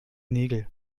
nägel